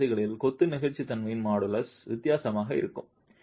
இரண்டு திசைகளில் கொத்து நெகிழ்ச்சித்தன்மையின் மாடுலஸ் வித்தியாசமாக இருக்கும்